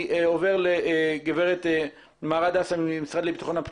אני עובר לעורכת הדין בוסנה מהרט דסה מהמשרד לביטחון